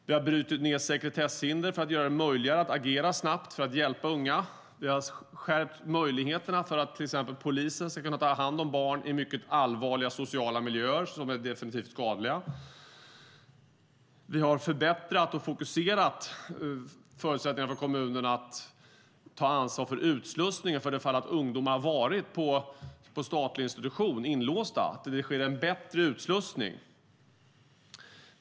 Vi har brutit ned sekretesshinder för att göra det möjligare att agera snabbt för att hjälpa unga. Vi har skärpt möjligheterna för att till exempel polisen ska kunna ta hand om barn i allvarliga sociala miljöer som definitivt är skadliga. Vi har förbättrat och fokuserat förutsättningarna för kommunerna att ta ansvar för utslussningen, för det fall att ungdomar har varit inlåsta på statlig institution. Det sker en bättre utslussning.